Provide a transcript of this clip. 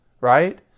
right